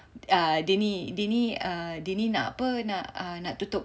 err dia ni dia ni dia ni nak apa nak tutup